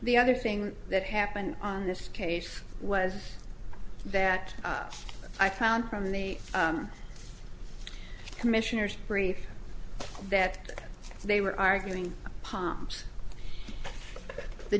the other thing that happened on this case was that i found from the commissioner's brief that they were arguing palms the